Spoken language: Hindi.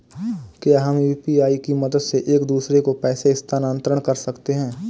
क्या हम यू.पी.आई की मदद से एक दूसरे को पैसे स्थानांतरण कर सकते हैं?